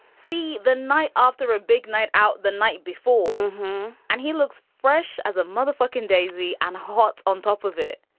see the night after a big night out the night before and he looks fresh as a motherfucking daisy and hot on top of it.